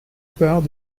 part